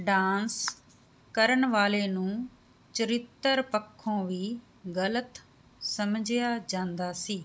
dance ਕਰਨ ਵਾਲੇ ਨੂੰ ਚਰਿਤਰ ਪੱਖੋਂ ਵੀ ਗਲਤ ਸਮਝਿਆ ਜਾਂਦਾ ਸੀ